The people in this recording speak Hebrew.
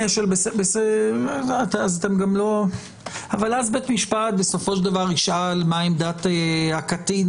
אבל אז בית המשפט ישאל: מה עמדת הקטין?